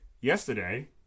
Yesterday